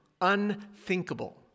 unthinkable